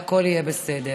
והכול יהיה בסדר.